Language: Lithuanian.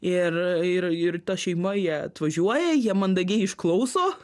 ir ir ir ta šeima jie atvažiuoja jie mandagiai išklauso